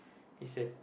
it's a